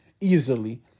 easily